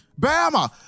Bama